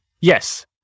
Yes